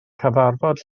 cyfarfod